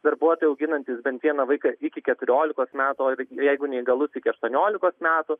darbuotojai auginantys bent vieną vaiką iki keturiolikos metų o jeigu neįgalus iki aštuoniolikos metų